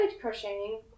crocheting